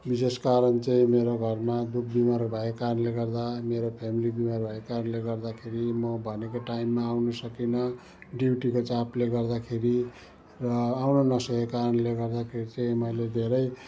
यस कारण चाहिँ मेरो घरमा दुखः बिमार भएको कारणले गर्दा मेरो फेमिली बिमार भएको कारणले गर्दाखेरि म भनेको टाइममा आउनु सकिन ड्युटीको चापले गर्दाखेरि र आउन नसकेको कारणले गर्दाखेरि चैँ मैले धेरै